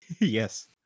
yes